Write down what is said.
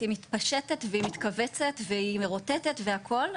היא מתפשטת והיא מתכווצת והיא רוטטת והכל,